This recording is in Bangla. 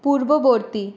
পূর্ববর্তী